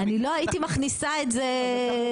אני לא הייתי מכניסה את זה בהגדרה,